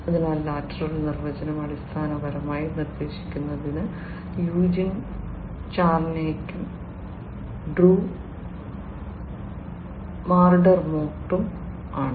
അതിനാൽ ലാറ്ററൽ നിർവചനം അടിസ്ഥാനപരമായി നിർദ്ദേശിക്കുന്നത് യൂജിൻ ചാർണിയക്കും ഡ്രൂ മക്ഡെർമോട്ടും ആണ്